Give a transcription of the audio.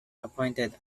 appointed